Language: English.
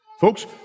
Folks